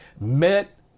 met